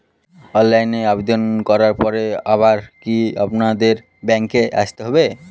অনলাইনে আবেদন করার পরে আবার কি আপনাদের ব্যাঙ্কে আসতে হবে?